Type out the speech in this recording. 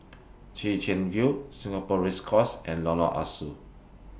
Chwee Chian View Singapore Race Course and Lorong Ah Soo